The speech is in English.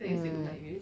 hmm